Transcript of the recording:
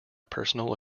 personal